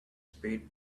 spade